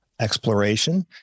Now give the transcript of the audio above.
exploration